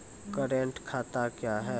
Current खाता क्या हैं?